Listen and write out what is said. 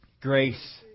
Grace